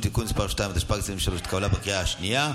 התשפ"ג 2023, התקבלה בקריאה השנייה.